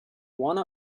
one